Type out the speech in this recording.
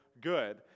good